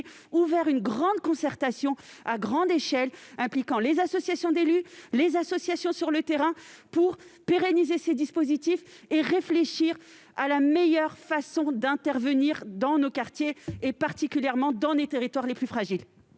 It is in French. ouvert une concertation à grande échelle impliquant les associations d'élus et les associations présentes sur le terrain, pour pérenniser ces dispositifs et réfléchir à la meilleure façon d'intervenir dans nos quartiers, particulièrement dans les territoires les plus fragiles.